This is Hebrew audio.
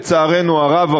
לצערנו הרב,